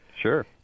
Sure